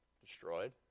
destroyed